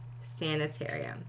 sanitarium